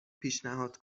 پیشنهاد